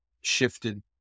shifted